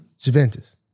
Juventus